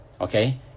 okay